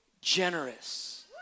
generous